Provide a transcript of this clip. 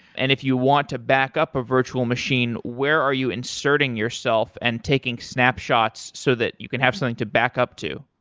and if you want to back up a virtual machine, where are you inserting yourself and taking snapshots so that you can have something to back up to?